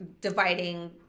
dividing